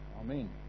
Amen